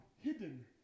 Hidden